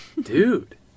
Dude